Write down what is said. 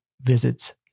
visits